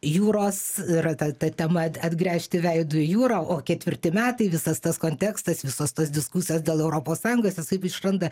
jūros yra ta ta tema atgręžti veidu į jūrą o ketvirti metai visas tas kontekstas visos tos diskusijos dėl europos sąjungos jis taip išranda